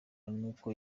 n’uko